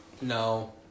No